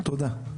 תודה, תודה.